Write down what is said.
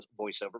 voiceover